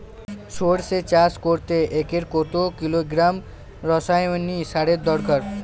সরষে চাষ করতে একরে কত কিলোগ্রাম রাসায়নি সারের দরকার?